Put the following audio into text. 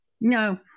No